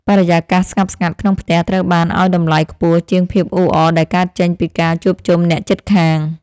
បរិយាកាសស្ងប់ស្ងាត់ក្នុងផ្ទះត្រូវបានឱ្យតម្លៃខ្ពស់ជាងភាពអ៊ូអរដែលកើតចេញពីការជួបជុំអ្នកជិតខាង។